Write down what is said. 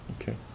Okay